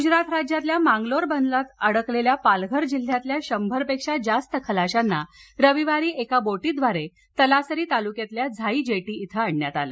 गुजरात राज्यातल्या मांगलोर बंदरात अडकलेल्या पालघर जिल्ह्यातल्या शंभर पेक्षा जास्त खलाशांना रविवारी एका बोटीद्वारे तलासरी तालुक्यातल्या झाई जेटीत इथं आणण्यात आलं